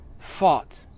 fought